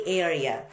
area